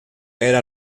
era